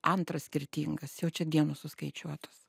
antras skirtingas jau čia dienos suskaičiuotos